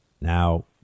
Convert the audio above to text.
Now